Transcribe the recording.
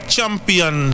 champion